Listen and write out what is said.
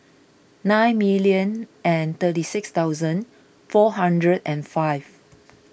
nine million and thirty six thousand four hundred and five